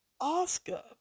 Oscar